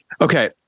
Okay